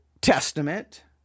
Testament